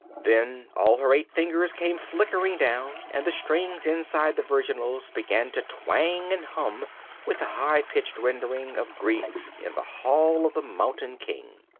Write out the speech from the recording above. then all her eight fingers came flickering down and the strings inside the virginals began to twang and hum with a high-pitched rendering of grieg's in the hall of the mountain king.